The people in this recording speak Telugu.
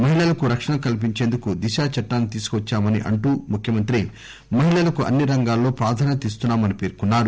మహిళలకు రక్షణ కలిపించేందుకు దిశా చట్టాన్ని తీసుకు వచ్చామని అంటూ ముఖ్యమంత్రి మహిళలకు అన్ని రంగాల్లో ప్రాధాన్యత ఇస్తున్నామని పేర్కొన్నారు